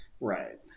Right